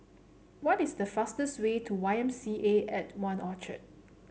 what is the fastest way to Y M C A At One Orchard